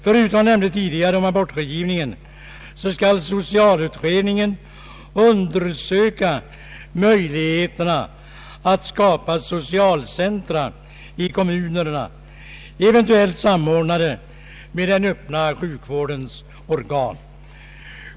Jag nämnde nyss abortrådgivningen och dessutom skall socialutredningen undersöka möjligheterna att skapa socialcentra i kommunerna, vilket beskrivits i utskottets utlåtande.